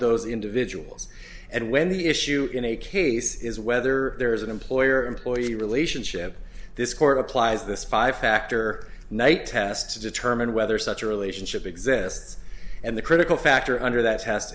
those individuals and when the issue in a case is whether there is an employer employee relationship this court applies this five factor night test to determine whether such a relationship exists and the critical factor under that